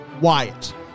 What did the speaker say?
Wyatt